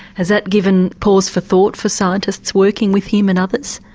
has that given pause for thought for scientists working with him and others?